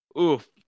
Oof